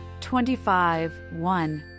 25.1